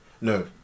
No